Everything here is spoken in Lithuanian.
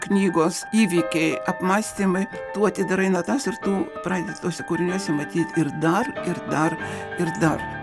knygos įvykiai apmąstymai tu atidarai natas ir tu pradedi tuose kūriniuose matyt ir dar ir dar ir dar